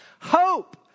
hope